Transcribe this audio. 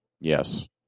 Yes